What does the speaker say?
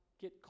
get